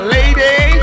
Lady